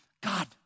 God